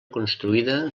construïda